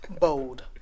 Bold